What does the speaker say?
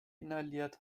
inhaliert